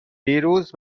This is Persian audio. دیروز